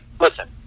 listen